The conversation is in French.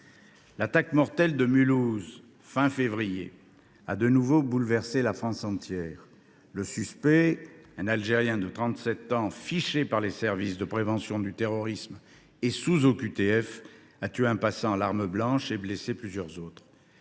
L’attaque mortelle de Mulhouse à la fin du mois de février dernier a de nouveau bouleversé la France entière. Le suspect, un Algérien de 37 ans, fiché par les services de prévention du terrorisme et sous OQTF, a tué un passant à l’arme blanche et en a blessé plusieurs autres.